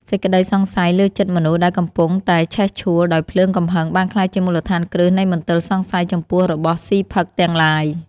សេចក្តីសង្ស័យលើចិត្តមនុស្សដែលកំពុងតែឆេះឈួលដោយភ្លើងកំហឹងបានក្លាយជាមូលដ្ឋានគ្រឹះនៃមន្ទិលសង្ស័យចំពោះរបស់ស៊ីផឹកទាំងឡាយ។